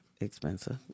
expensive